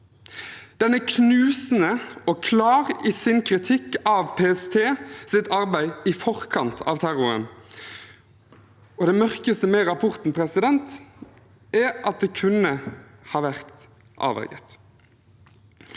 Den er knusende og klar i sin kritikk av PSTs arbeid i forkant av terroren, og det mørkeste med rapporten er at dette kunne ha vært avverget.